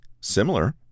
similar